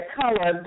color